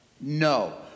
No